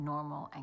Normal